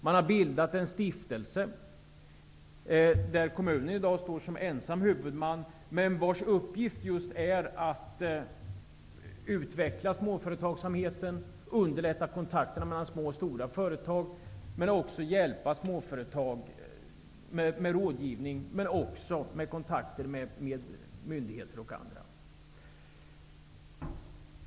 Man har bildat en stiftelse, där kommunen står som ensam huvudman, vars uppgift är att utveckla småföretagsamheten, underlätta kontakterna mellan små och stora företag samt hjälpa småföretag med rådgivning och kontakter med myndigheter och andra.